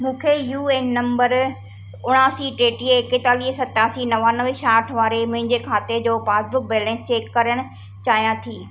मूंखे U N number उणासीं टेटीह एकतालीह सतासीं नवानवे छाहठि वारे मुंहिंजे खाते जो पासबुक बैलेंस चैक करणु चाहियां थी